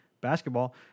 basketball